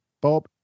Bob